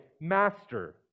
master